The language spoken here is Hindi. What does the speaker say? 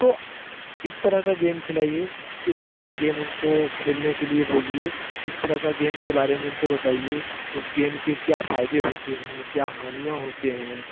तो इस तरह का गेम खिलाइए इस तरह का गेम उनको खेलने के लिए बोलिए इस तरह का गेम के बारे में उनको बताइए उस गेम के क्या फायदे होते हैं क्या हानियाँ होते हैं